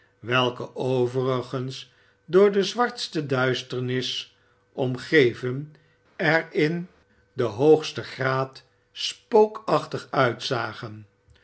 welke overigens door de zwartste duisternis omgeven er in den hoogsten graad spookachtig uitzagen